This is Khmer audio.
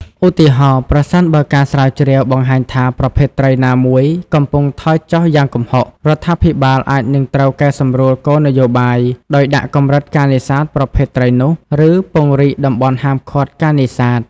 ឧទាហរណ៍ ប្រសិនបើការស្រាវជ្រាវបង្ហាញថាប្រភេទត្រីណាមួយកំពុងថយចុះយ៉ាងគំហុក រដ្ឋាភិបាលអាចនឹងត្រូវកែសម្រួលគោលនយោបាយ ដោយដាក់កម្រិតការនេសាទប្រភេទត្រីនោះ ឬពង្រីកតំបន់ហាមឃាត់ការនេសាទ។